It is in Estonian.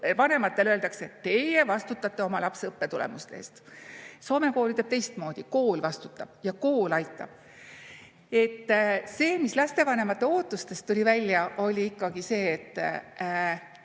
vanematele öeldakse, et teie vastutate oma lapse õpitulemuste eest. Soome kool ütleb teistmoodi: kool vastutab ja kool aitab. Lapsevanemate ootustest tuli välja see, et